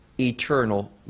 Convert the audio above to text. eternal